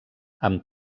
amb